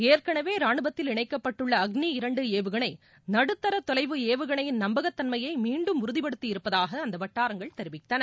ஏற்கனவே ரானுவத்தில் இணைக்கப்பட்டுள்ள அக்னி இரண்டு ஏவுகணை நடுத்தர தொலைவு ஏவுகணையின் நம்பகத்தன்மையை மீண்டும் உறுதிப்படுத்தியிருப்பதாக அந்த வட்டாரங்கள் தெரிவித்தன